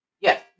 Yes